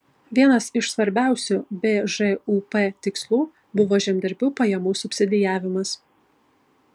vienas iš svarbiausių bžūp tikslų buvo žemdirbių pajamų subsidijavimas